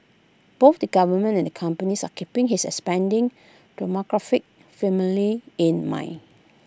both the government and companies are keeping his expanding demographic firmly in mind